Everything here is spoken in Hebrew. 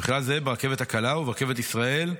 ובכלל זה ברכבת הקלה וברכבת ישראל,